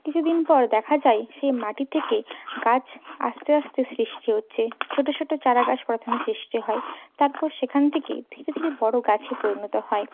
কিছুদিন পর দেখা যায় সেই মাটি থেকে গাছ আস্তে আস্তে সৃষ্টি হচ্ছে ছোটো ছোটো চারাগাছ প্রথমে সৃষ্টি হয় তারপর সেখান থেকে ধীরে ধীরে বড়ো গাছে পরিণত হয়